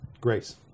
Grace